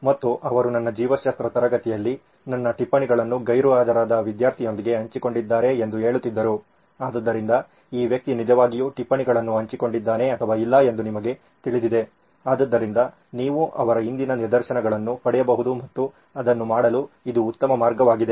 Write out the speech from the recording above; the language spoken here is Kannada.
ಮತ್ತು ಅವರು ನನ್ನ ಜೀವಶಾಸ್ತ್ರ ತರಗತಿಯಲ್ಲಿ ನನ್ನ ಟಿಪ್ಪಣಿಗಳನ್ನು ಗೈರುಹಾಜರಾದ ವ್ಯಕ್ತಿಯೊಂದಿಗೆ ಹಂಚಿಕೊಂಡಿದ್ದಾರೆ ಎಂದು ಹೇಳುತ್ತಿದ್ದರು ಆದ್ದರಿಂದ ಈ ವ್ಯಕ್ತಿ ನಿಜವಾಗಿಯೂ ಟಿಪ್ಪಣಿಗಳನ್ನು ಹಂಚಿಕೊಂಡಿದ್ದಾನೆ ಅಥವಾ ಇಲ್ಲ ಎಂದು ನಿಮಗೆ ತಿಳಿದಿದೆ ಆದ್ದರಿಂದ ನೀವು ಅವರ ಹಿಂದಿನ ನಿದರ್ಶನಗಳನ್ನು ಪಡೆಯಬಹುದು ಮತ್ತು ಅದನ್ನು ಮಾಡಲು ಇದು ಉತ್ತಮ ಮಾರ್ಗವಾಗಿದೆ